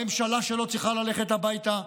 הממשלה שלו צריכה ללכת הביתה,